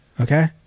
okay